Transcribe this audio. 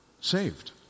saved